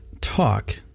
talk